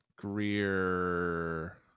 Greer